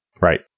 right